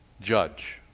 judge